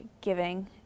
giving